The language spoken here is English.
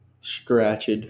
scratched